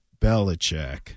Belichick